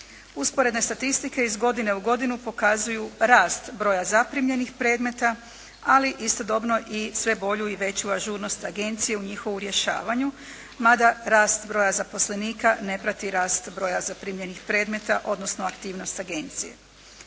Usporedne statistike iz godine u godinu pokazuju rast broja zaprimljenih predmeta, ali istodobno i sve bolju i veću ažurnost Agencije u njihovu rješavanju, mada rast broja zaposlenika ne prati rast broja zaprimljenih predmeta, odnosno aktivnost Agencije.